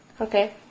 Okay